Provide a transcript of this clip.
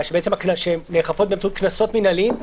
נאכפים פה קנסות מינהליים,